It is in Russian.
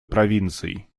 провинций